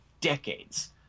decades